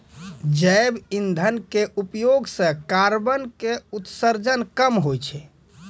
जैव इंधन के उपयोग सॅ कार्बन के उत्सर्जन कम होय छै